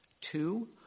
Two